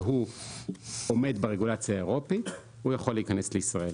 והוא עומד ברגולציה האירופית הוא יכול להיכנס לישראל.